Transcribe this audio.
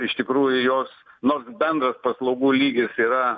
iš tikrųjų jos nu bendras paslaugų lygis yra